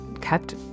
kept